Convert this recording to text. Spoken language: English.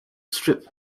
strip